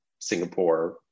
Singapore